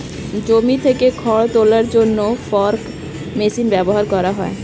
জমি থেকে খড় তোলার জন্য ফর্ক মেশিন ব্যবহার করা হয়